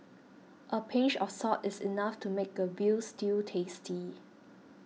a pinch of salt is enough to make a Veal Stew tasty